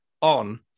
on